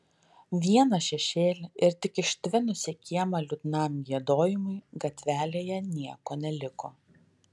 vieną šešėlį ir tik ištvinus į kiemą liūdnam giedojimui gatvelėje nieko neliko